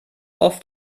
oft